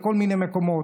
בכל מיני מקומות.